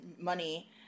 money